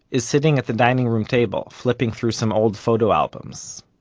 is sitting at the dining room table, flipping through some old photo albums.